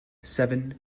seven